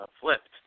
flipped